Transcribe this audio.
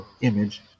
image